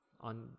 on